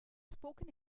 spoken